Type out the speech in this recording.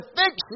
fix